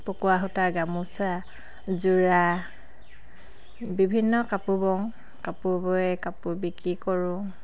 পকোৱা সূতাৰ গামোচা যোৰা বিভিন্ন কাপোৰ বওঁ কাপোৰ বৈ কাপোৰ বিক্ৰী কৰোঁ